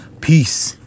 peace